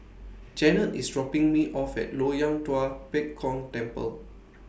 Jennette IS dropping Me off At Loyang Tua Pek Kong Temple